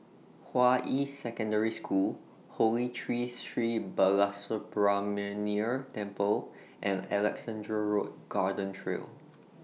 Hua Yi Secondary School Holy Tree Sri Balasubramaniar Temple and Alexandra Road Garden Trail